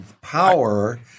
power—